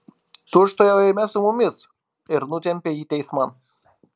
tučtuojau eime su mumis ir nutempė jį teisman